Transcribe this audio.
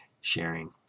sharing